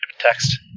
text